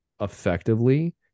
effectively